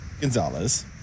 Gonzalez